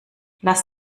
lass